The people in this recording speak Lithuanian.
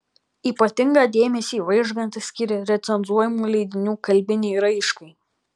ypatingą dėmesį vaižgantas skyrė recenzuojamų leidinių kalbinei raiškai